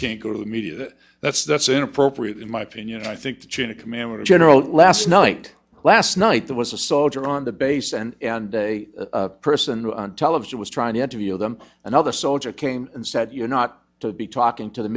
can't go to the media that's that's inappropriate in my opinion i think the chain of command when general last night last night there was a soldier on the base and a person on television was trying to interview them another soldier came and said you know not to be talking to the